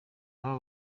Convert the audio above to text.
baba